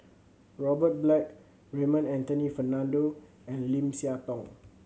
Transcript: Robert Black Raymond Anthony Fernando and Lim Siah Tong